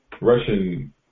Russian